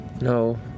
No